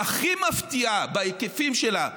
הכי מפתיעה בהיקפים שלה,